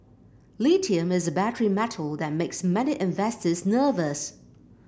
lithium is a battery metal that makes many investors nervous